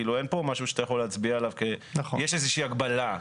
אין כאן משהו שאתה יכול להצביע עליו כאילו יש איזושהי הגבלה.